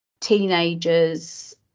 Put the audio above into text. teenagers